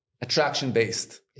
attraction-based